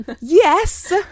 Yes